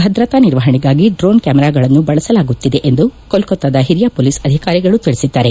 ಭದ್ರತಾ ನಿರ್ವಹಣೆಗಾಗಿ ಡ್ರೋನ್ ಕ್ವಾಮರಾಗಳನ್ನು ಬಳಸಲಾಗುತ್ತಿದೆ ಎಂದು ಕೊಲ್ಳತ್ತಾದ ಒರಿಯ ಮೊಲೀಸ್ ಅಧಿಕಾರಿಗಳು ತಿಳಿಸಿದ್ದಾರೆ